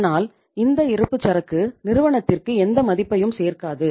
ஆனால் இந்த இருப்புச்சரக்கு நிறுவனத்திற்கு எந்த மதிப்பையும் சேர்க்காது